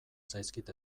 zaizkit